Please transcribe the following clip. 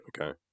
Okay